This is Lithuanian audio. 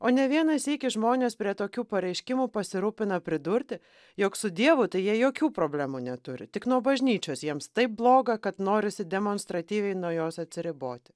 o ne vieną sykį žmonės prie tokių pareiškimų pasirūpina pridurti jog su dievu tai jie jokių problemų neturi tik nuo bažnyčios jiems taip bloga kad norisi demonstratyviai nuo jos atsiriboti